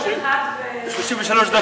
אינו נוכח, חבר הכנסת איתן ברושי,